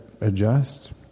adjust